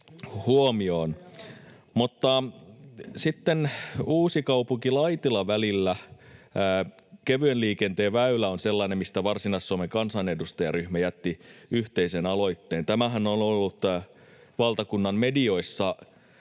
sitten Uusikaupunki—Laitila-välillä kevyen liikenteen väylä on sellainen, mistä Varsinais-Suomen kansanedustajaryhmä jätti yhteisen aloitteen. Tämähän on ollut valtakunnan medioissa